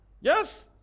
Yes